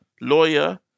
lawyer